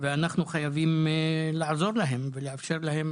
ואנחנו חייבים לעזור להם ולאפשר להם